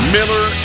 Miller